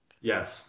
Yes